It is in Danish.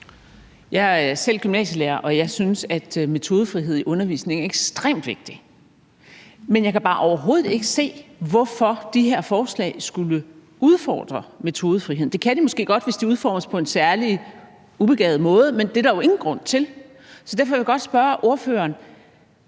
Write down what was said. Jeg er selv gymnasielærer, og jeg synes, at metodefrihed i undervisning er ekstremt vigtigt, men jeg kan bare overhovedet ikke se, hvorfor de her forslag skulle udfordre metodefriheden. Det kan de måske godt, hvis de udformes på en særlig ubegavet måde, men det er der jo ingen grund til, så derfor vil jeg godt spørge ordføreren: